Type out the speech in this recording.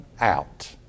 out